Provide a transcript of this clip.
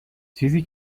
چیزی